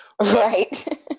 Right